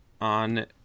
on